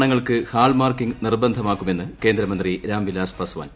സ്വർണ്ണാഭരണങ്ങൾക്ക് ഹാൾമാർക്കിങ്ങ് നിർബന്ധമാക്കുമെന്ന് കേന്ദ്രമന്ത്രി രാംവിലാസ് പസ്വാൻ